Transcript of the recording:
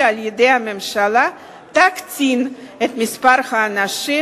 על-ידי הממשלה תקטין את מספר האנשים